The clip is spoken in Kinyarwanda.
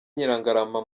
nyirangarama